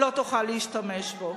לא תוכל להשתמש בו.